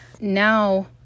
now